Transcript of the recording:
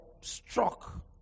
struck